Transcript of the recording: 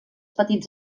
petits